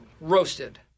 roasted